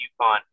UConn